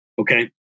Okay